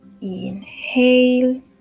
Inhale